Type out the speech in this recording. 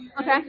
Okay